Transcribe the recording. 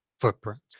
footprints